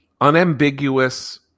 unambiguous